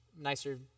nicer